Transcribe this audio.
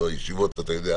אתה יודע.